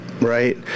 right